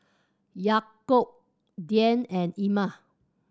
Yaakob Dian and Iman